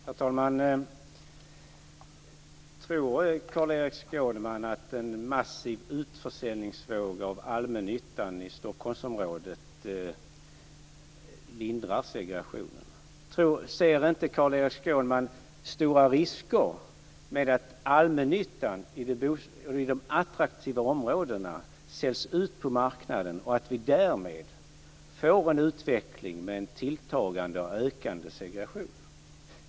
Herr talman! Tror Carl-Erik Skårman att en massiv utförsäljningsvåg inom allmännyttan i Stockholmsområdet lindrar segregationen? Ser inte Carl Erik Skårman stora risker med att allmännyttan i de attraktiva områdena säljs ut på marknaden och att vi därmed får en utveckling med tilltagande, ökande, segregation?